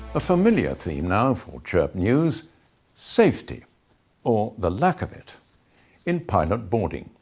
a familiar theme now for chirp news safety or the lack of it in pilot boarding.